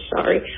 sorry